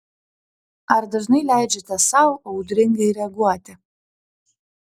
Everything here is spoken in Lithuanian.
ar dažnai leidžiate sau audringai reaguoti